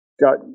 got